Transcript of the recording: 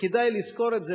וכדאי לזכור את זה,